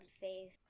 faith